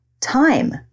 Time